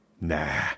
Nah